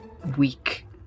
weak